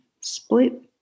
split